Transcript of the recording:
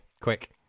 quick